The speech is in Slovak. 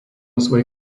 svoj